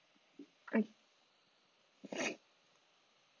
okay